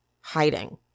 hiding